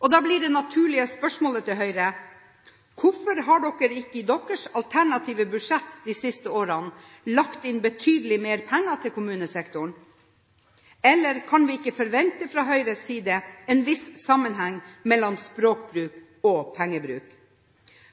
måte. Da blir det naturlige spørsmålet til Høyre: Hvorfor har dere ikke i deres alternative budsjetter de siste årene lagt inn betydelig mer penger til kommunesektoren? Eller kan vi ikke forvente fra Høyres side en viss sammenheng mellom språkbruk og pengebruk?